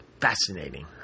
Fascinating